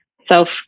self